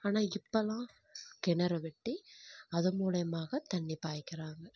ஆனால் இப்போல்லாம் கிணறு வெட்டி அதன் மூலிமாக தண்ணி பாய்க்கிறாங்க